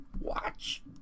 Watch